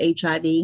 HIV